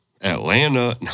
Atlanta